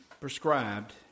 prescribed